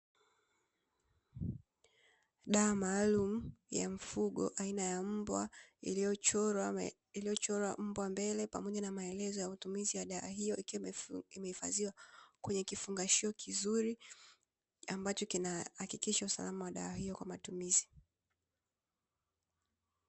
Dawa maalumu ya mfugo aina ya mbwa iliyochorwa mbwa mbele, pamoja na maelezo ya matumizi ya dawa hiyo. Ikiwa imeifadhiwa kwenye kifungashio kizuri ambacho kinahakikisha usalama wa dawa hiyo kwa matumizi.